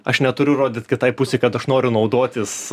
aš neturiu rodyt kitai pusei kad aš noriu naudotis